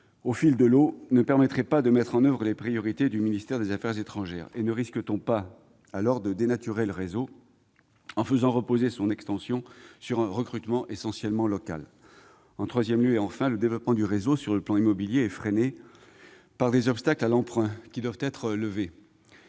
au fil de l'eau " ne permettrait pas de mettre en oeuvre les priorités du ministère des affaires étrangères ? Et ne risque-t-on pas de dénaturer le réseau en faisant reposer son extension sur un recrutement essentiellement local ?« En troisième lieu, le développement du réseau sur le plan immobilier est freiné par des obstacles à l'emprunt, qui doivent être levés.